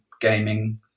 gaming